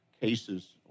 cases